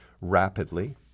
rapidly